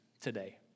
today